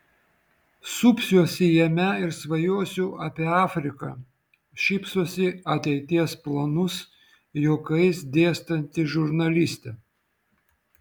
supsiuosi jame ir svajosiu apie afriką šypsosi ateities planus juokais dėstanti žurnalistė